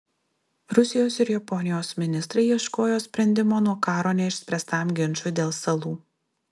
rusijos ir japonijos ministrai ieškojo sprendimo nuo karo neišspręstam ginčui dėl salų